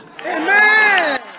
Amen